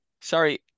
Sorry